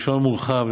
רישיון מורחב,